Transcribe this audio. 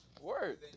Word